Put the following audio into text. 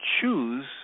choose